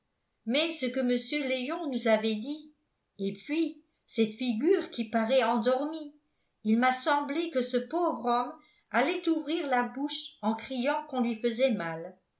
mais ce que mr léon nous avait dit et puis cette figure qui paraît endormie il m'a semblé que ce pauvre homme allait ouvrir la bouche en criant qu'on lui faisait mal